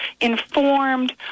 informed